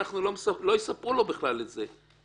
לא יספרו לו את זה בכלל.